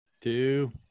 Two